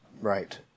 Right